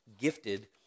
gifted